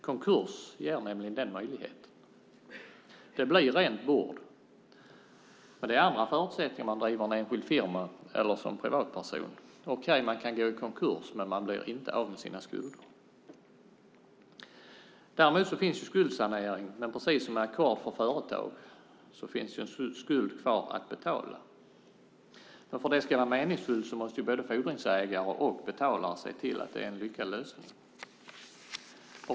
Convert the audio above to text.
Konkurs ger nämligen den möjligheten. Det blir rent bord. Det är dock andra förutsättningar för en privatperson eller om man driver enskild firma. Okej, man kan gå i konkurs, men man blir inte av med sina skulder. Däremot finns skuldsanering, men precis som med ackord för företag finns det en skuld kvar att betala. För att det ska vara meningsfullt måste både fordringsägare och betalare se till att det är en lyckad lösning.